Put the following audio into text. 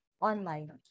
online